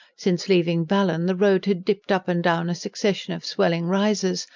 since leaving ballan the road had dipped up and down a succession of swelling rises,